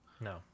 No